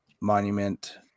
monument